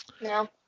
No